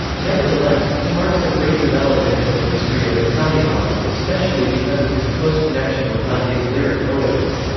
nevertheless, he marks a great development in the history of italian art, especially because of his close connection with dante's lyric poetry.